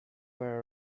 were